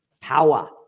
power